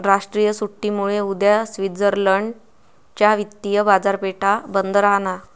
राष्ट्रीय सुट्टीमुळे उद्या स्वित्झर्लंड च्या वित्तीय बाजारपेठा बंद राहणार